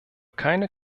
keine